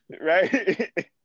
right